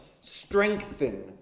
strengthen